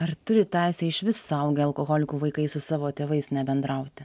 ar turi teisę išvis suaugę alkoholikų vaikai su savo tėvais nebendrauti